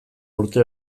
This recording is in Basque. urte